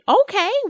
okay